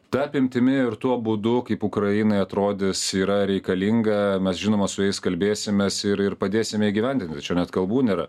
ta apimtimi ir tuo būdu kaip ukrainai atrodys yra reikalinga mes žinoma su jais kalbėsimės ir ir padėsime įgyvendinti čia net kalbų nėra